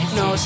no